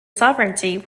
sovereignty